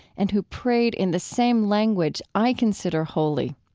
and who prayed in the same language i consider holy.